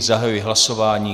Zahajuji hlasování.